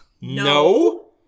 No